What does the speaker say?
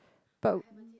but